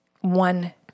one